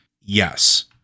Yes